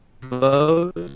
vote